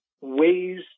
ways